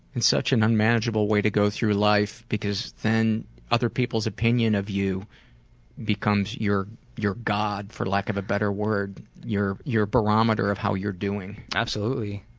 it's such an unmanageable way to go through life because then other people's opinion of you becomes your your god for lack of a better word, your your barometer of how you're doing. absolutely,